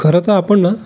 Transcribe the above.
खरं तं आपण ना